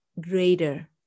Greater